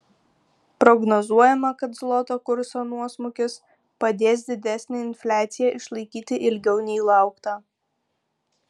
prognozuojama kad zloto kurso nuosmukis padės didesnę infliaciją išlaikyti ilgiau nei laukta